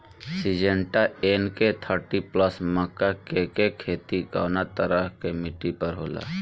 Syngenta NK thirty plus मक्का के के खेती कवना तरह के मिट्टी पर होला?